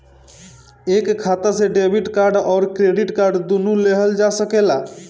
एक खाता से डेबिट कार्ड और क्रेडिट कार्ड दुनु लेहल जा सकेला?